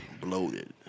bloated